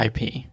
IP